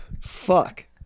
Fuck